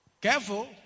Careful